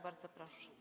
Bardzo proszę.